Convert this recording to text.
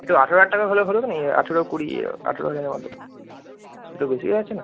একটু আঠেরো হাজার টাকা হলে ভালো হত না আঠেরো কুড়ি আঠেরো হাজারের মতো একটু বেশি হয়ে যাচ্ছে না